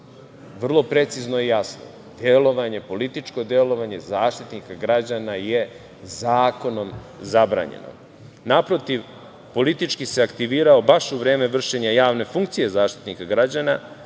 vrlo precizno i jasno delovanje, političko delovanje Zaštitnika građana je zakonom zabranjeno. Naprotiv, politički se aktivirao baš u vreme vršenja javne funkcije Zaštitnika građana,